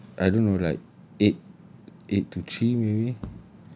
like I don't know like eight eight to three maybe